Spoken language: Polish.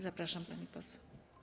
Zapraszam, pani poseł.